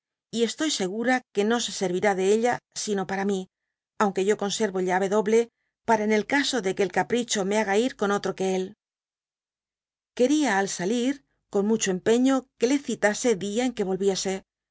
y estoy segura que no se servirá de ella sino para mi aunque yo conservo llave doble para en el caso de que el ca pricho me haga ir con otro que él quería al salir con mucho empeño que le citase dia en que volviese